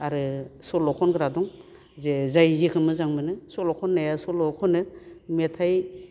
आरो सल' खनग्रा दं जे जाय जिखो मोजां मोनो सल' खननाया सल' खनो मेथाइ